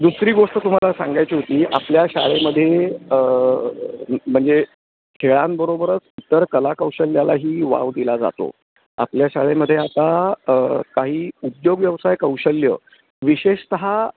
दुसरी गोष्ट तुम्हाला सांगायची होती आपल्या शाळेमध्ये म्हणजे खेळांबरोबरच इतर कलाकौशल्यालाही वाव दिला जातो आपल्या शाळेमध्ये आता काही उद्योग व्यवसाय कौशल्य विशेषतः